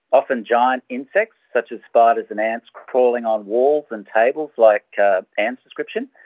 often giant insects such as spiders and ants crawling on walls and tables, like anne's description.